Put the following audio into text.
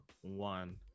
one